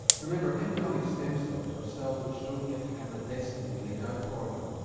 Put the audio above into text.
remember embryonic stem cells are cells which don't yet have a destiny laid out for them.